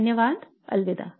धन्यवाद अलविदा